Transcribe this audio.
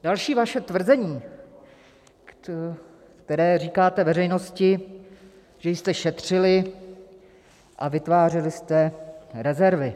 Další vaše tvrzení, které říkáte veřejnosti, že jste šetřili a vytvářeli jste rezervy.